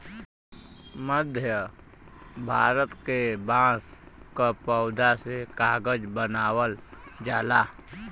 मध्य भारत के बांस क पौधा से कागज बनावल जाला